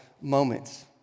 moments